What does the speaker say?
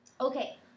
Okay